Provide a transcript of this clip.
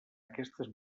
aquestes